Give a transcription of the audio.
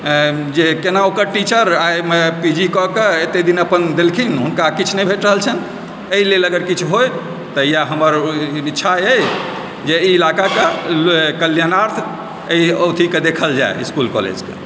जे केना ओकर टीचर आ एहिमे पी जी कऽ के एतेक दिन अपन देलखिन हुनका किछु नहि भेट रहल छनि एहि लेल अगर किछु होय तऽ इएह हमर इच्छा अइ जे ई इलाकाके कल्याणार्थ एहि अथीके देखल जाय इस्कुल कॉलेजके